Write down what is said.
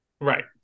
Right